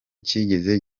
kigeze